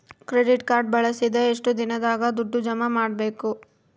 Credit card ಬಳಸಿದ ಎಷ್ಟು ದಿನದಾಗ ದುಡ್ಡು ಜಮಾ ಮಾಡ್ಬೇಕು?